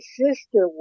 sister